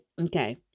okay